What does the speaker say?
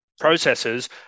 processes